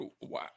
Wow